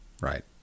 right